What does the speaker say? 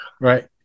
right